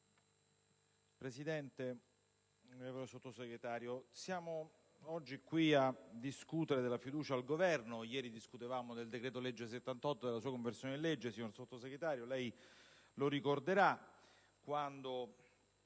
Presidente, onorevole Sottosegretario, siamo oggi qui a discutere della fiducia al Governo. Ieri discutevamo del decreto-legge 1° luglio 2009, n. 78, e della sua conversione in legge. Signor Sottosegretario, lei lo ricorderà, visto